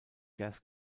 gas